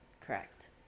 Correct